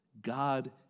God